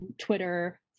Twitter